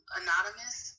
anonymous